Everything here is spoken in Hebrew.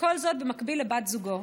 וכל זאת במקביל לבת זוגו.